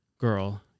girl